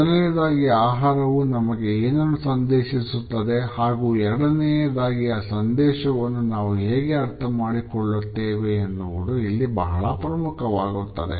ಮೊದಲನೆಯದಾಗಿ ಆಹಾರವು ನಮಗೆ ಏನನ್ನು ಸಂದೇಶಿಸುತ್ತದೆ ಹಾಗೂ ಎರಡನೆಯದಾಗಿ ಆ ಸಂದೇಶವನ್ನು ನಾವು ಹೇಗೆ ಅರ್ಥ ಮಾಡಿಕೊಳ್ಳುತ್ತೇವೆ ಎನ್ನುವುದು ಇಲ್ಲಿ ಬಹಳ ಪ್ರಮುಖವಾಗುತ್ತದೆ